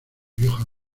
viejo